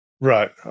right